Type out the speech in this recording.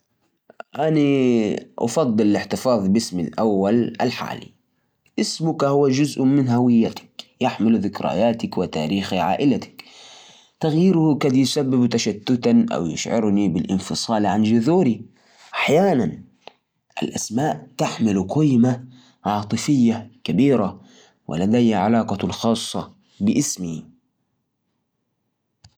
أفضل احتفظ بإسمي الاول بصراحة لانه مو بس اسم هو جزء كبير من هويتي و شخصيتي وإتعودت عليه من زمان و كمان الناس حاولوا يعرفوني به فأحس لو اغيره حيكون صعب عليهم يتأقلموا و حتى انا هحس بغرابة لو نادوني بإسم جديد مو زي ما تعودته طول حياتي